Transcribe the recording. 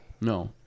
no